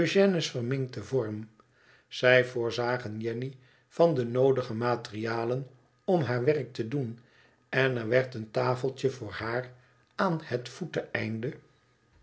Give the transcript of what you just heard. ëugène's verminkten vorm zij voorzagen jenny van de noodige materialen om haar werk te doen en er werd een tafeltje voor haar aan het